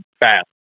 fast